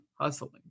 hustling